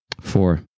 Four